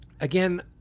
Again